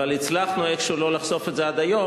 אבל הצלחנו איכשהו לא לחשוף את זה עד היום,